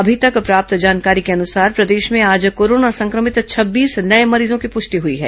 अभी तक प्राप्त जानकारी को अनुसार प्रदेश में आज कोरोना संक्रमित छब्बीस नये मरीजों की प्रष्टि हुई है